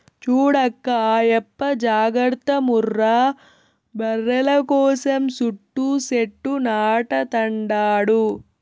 చూడక్కా ఆయప్ప జాగర్త ముర్రా బర్రెల కోసం సుట్టూ సెట్లు నాటతండాడు